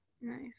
Nice